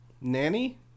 Nanny